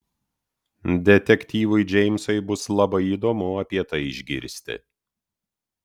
detektyvui džeimsui bus labai įdomu apie tai išgirsti